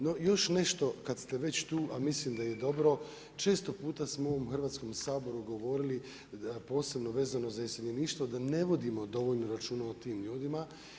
No još nešto kada ste već tu, a mislim da je dobro, često puta smo u ovom Hrvatskom saboru govorili, posebno vezano za iseljeništvo da ne vodimo računa o tim ljudima.